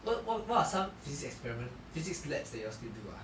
what what are some physics experiment physics labs that you all still do ah